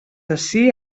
ací